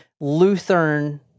Lutheran